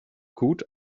gut